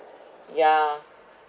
yeah